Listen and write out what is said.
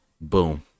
Boom